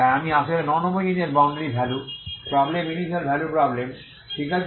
তাই আমি আসলে non homogeneous boundary value problem initial value problem ঠিক আছে